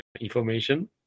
information